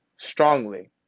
strongly